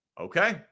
Okay